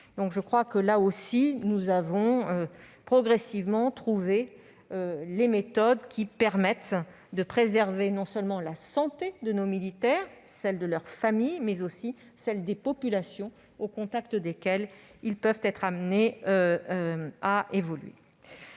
Il me semble que nous avons progressivement trouvé les méthodes qui permettent de préserver la santé de nos militaires et de leurs familles, mais aussi des populations au contact desquelles ils peuvent être amenés à évoluer.